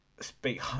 speak